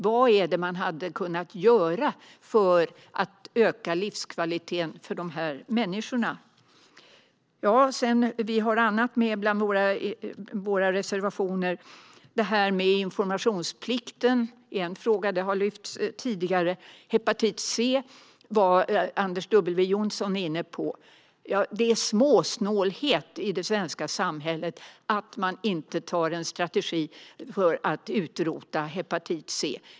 Vad hade man kunnat göra för att öka livskvaliteten för dessa människor? Vi har även annat bland våra reservationer. Informationsplikten är en fråga; den har lyfts tidigare. Hepatit C var Anders W Jonsson inne på. Det handlar om småsnålhet när man i det svenska samhället inte antar en strategi för att utrota hepatit C.